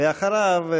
אחריו,